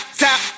top